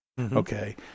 Okay